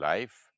Life